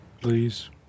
Please